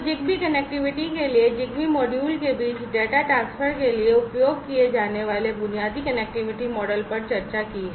ZigBee connectivity के लिए ZigBee module के बीच डेटा ट्रांसफर के लिए उपयोग किए जाने वाले बुनियादी कनेक्टिविटी मॉडल पर चर्चा की है